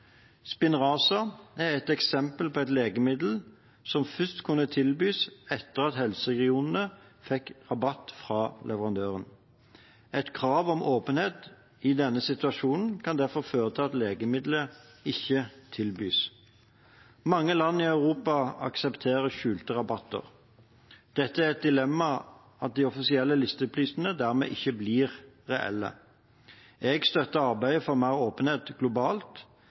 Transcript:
Spinraza er et eksempel på et legemiddel som først kunne tilbys etter at helseregionene fikk rabatt fra leverandøren. Et krav om åpenhet i denne situasjonen kan derfor føre til at legemidlet ikke tilbys. Mange land i Europa aksepterer skjulte rabatter. Det er et dilemma at de offisielle listeprisene dermed ikke blir reelle. Jeg støtter arbeidet for mer åpenhet globalt,